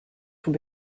tout